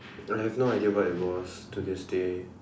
I have no idea what it was to this day